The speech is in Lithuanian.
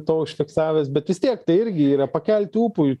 to užfiksavęs bet vis tiek tai irgi yra pakelti ūpui